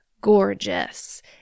gorgeous